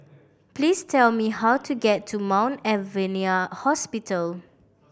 please tell me how to get to Mount Alvernia Hospital